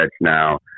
now